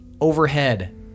overhead